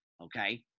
okay